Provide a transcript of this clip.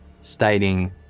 stating